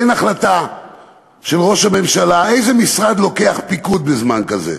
אין החלטה של ראש הממשלה איזה משרד לוקח פיקוד בזמן כזה.